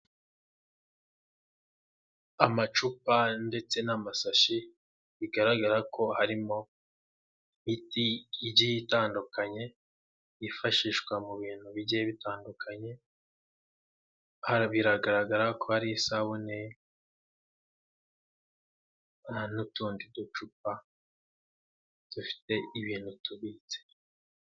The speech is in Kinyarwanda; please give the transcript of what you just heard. Amacupa ndetse n'amasashi bigaragara ko harimo imiti igiye itandukanye yifashishwa mu bintu bijye bitandukanye, biragaragara ko ari isabune n'utundi ducupa dufite ibintu tubitse.